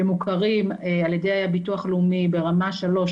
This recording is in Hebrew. שמוכרים על ידי הביטוח לאומי ברמה 3,